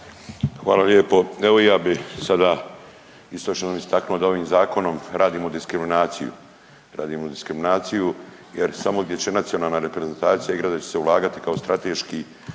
Hvala lijepo. Evo i ja bi sada …/Govornik se ne razumije./… istaknuo da ovim zakonom radimo diskriminaciju. Radimo diskriminaciju jer samo gdje će nacionalna reprezentacija igrati, gdje će ulagati kao strateški